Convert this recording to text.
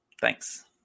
Thanks